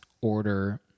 order